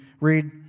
read